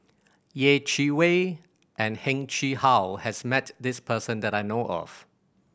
Yeh Chi Wei and Heng Chee How has met this person that I know of